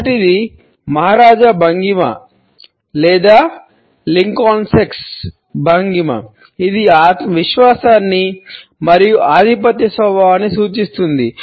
మొదటిది మహారాజా భంగిమ లేదా లింకనెస్క్ భంగిమ ఇది విశ్వాసాన్ని మరియు ఆధిపత్య స్వభావాన్ని సూచిస్తుంది